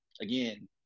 again